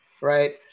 right